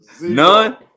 None